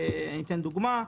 אני אתן דוגמא,